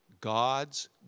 God's